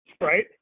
right